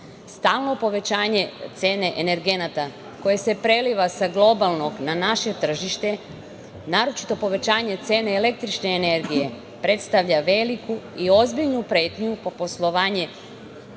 Stalno povećanje cene energenata koje se preliva sa globalnog na naše tržište, naročito povećanje cene električne energije, predstavlja veliku i ozbiljnu pretnju po poslovanje